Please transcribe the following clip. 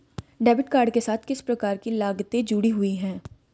Debit card के साथ किस प्रकार की लागतें जुड़ी हुई हैं?